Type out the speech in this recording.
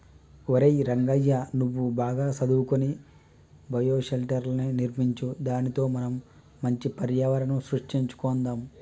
ఒరై రంగయ్య నువ్వు బాగా సదువుకొని బయోషెల్టర్ర్ని నిర్మించు దానితో మనం మంచి పర్యావరణం సృష్టించుకొందాం